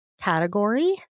category